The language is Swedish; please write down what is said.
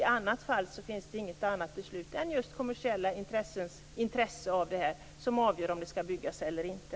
I annat fall finns det inget annat än just de kommersiella intressenternas beslut som avgör om gasledningen skall byggas eller inte.